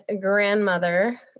grandmother